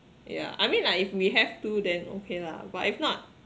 yeah I mean like if we have to then okay lah but if not